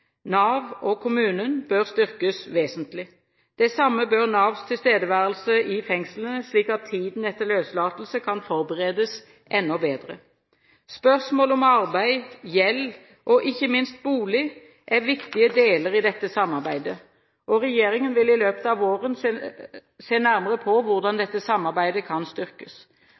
Nav og kommunen bør styrkes vesentlig. Det samme bør Navs tilstedeværelse i fengslene, slik at tiden etter løslatelse kan forberedes enda bedre. Spørsmål om arbeid, gjeld og – ikke minst – bolig er viktige deler i dette samarbeidet. Regjeringen vil i løpet av våren se nærmere på hvordan dette samarbeidet kan styrkes.